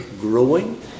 growing